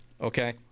okay